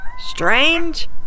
Strange